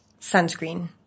sunscreen